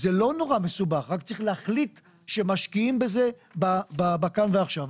רק צריך להחליט שמשקיעים בזה בכאן ועכשיו.